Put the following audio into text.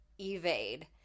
evade